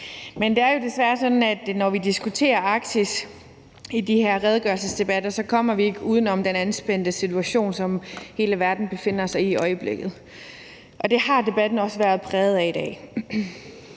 Men det er jo desværre sådan, at når vi diskuterer Arktis i de her redegørelsesdebatter, kommer vi ikke uden om den anspændte situation, som hele verden i øjeblikket befinder sig i, og det har debatten også været præget af i dag.